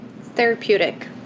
therapeutic